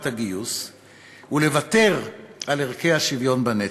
הגיוס ולוותר על ערכי השוויון בנטל.